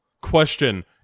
Question